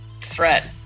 threat